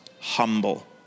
humble